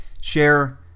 Share